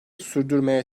sürdürmeye